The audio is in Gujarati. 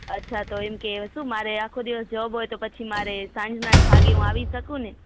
અચ્છા તો એમ કે શું મારે આખો દિવસ જોબ હોય તો પછી મારે સાંજના જ ખાલી હું આવી શકું ને